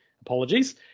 Apologies